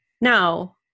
now